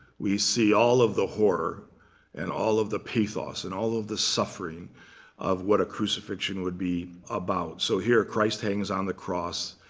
we see all of the horror and all of the pathos and all of the suffering of what a crucifixion would be about. so here, christ hangs on the cross.